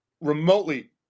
remotely